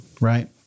Right